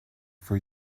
for